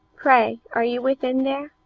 pray, are you within there?